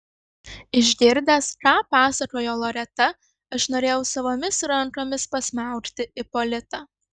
išgirdęs ką pasakojo loreta aš norėjau savomis rankomis pasmaugti ipolitą